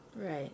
Right